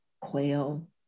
quail